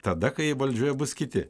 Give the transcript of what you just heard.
tada kai valdžioje bus kiti